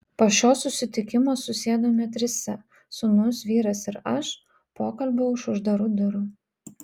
po šio susitikimo susėdome trise sūnus vyras ir aš pokalbio už uždarų durų